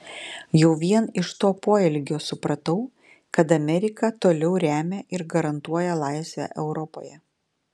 jau vien iš to poelgio supratau kad amerika toliau remia ir garantuoja laisvę europoje